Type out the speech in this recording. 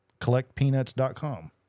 collectpeanuts.com